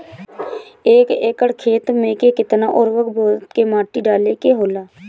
एक एकड़ खेत में के केतना उर्वरक बोअत के माटी डाले के होला?